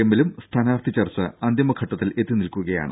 എമ്മിലും സ്ഥാനാർത്ഥി ചർച്ച അന്തിമ ഘട്ടത്തിൽ എത്തിനിൽക്കുകയാണ്